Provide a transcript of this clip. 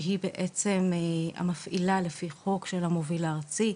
שהיא בעצם לפי החוק המפעילה של המוביל הארצי,